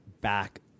back